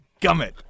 gummit